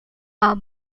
are